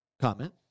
comment